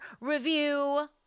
review